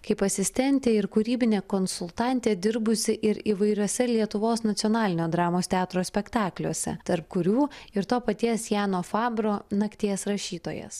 kaip asistentė ir kūrybinė konsultantė dirbusi ir įvairiuose lietuvos nacionalinio dramos teatro spektakliuose tarp kurių ir to paties jano fabro nakties rašytojas